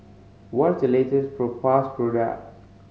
what the latest propass product